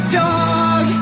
dog